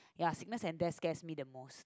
ya sickness and death scares me the most